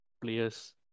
players